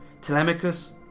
Telemachus